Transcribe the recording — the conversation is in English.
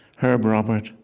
herb robert,